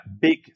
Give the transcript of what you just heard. big